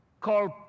called